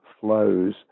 flows